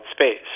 space